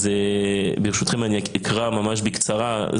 אז ברשותכם אני אקרא ממש בקצרה.